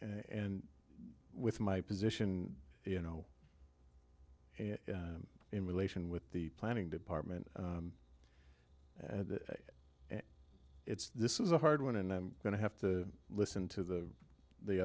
and with my position you know in relation with the planning department and it's this is a hard one and i'm going to have to listen to the the